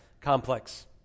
complex